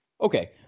Okay